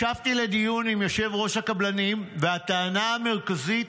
ישבתי לדיון עם יושב-ראש הקבלנים, והטענה המרכזית,